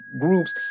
groups